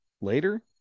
later